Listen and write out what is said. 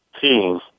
teams